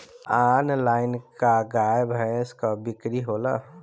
Online का गाय भैंस क बिक्री होला?